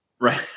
Right